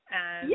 Yes